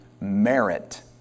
merit